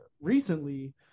recently